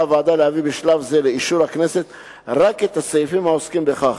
הוועדה להביא בשלב זה לאישור הכנסת רק את הסעיפים העוסקים בכך.